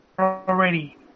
already